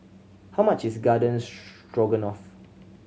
how much is Garden Stroganoff